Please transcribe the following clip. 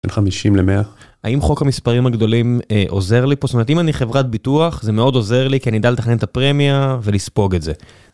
בין 50 ל-100? האם חוק המספרים הגדולים עוזר לי פה? זאת אומרת אם אני חברת ביטוח, זה מאוד עוזר לי כי אני יודע לתכנן את הפרמיה ולספוג את זה.